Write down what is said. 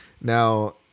Now